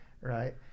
right